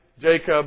Jacob